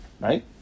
Right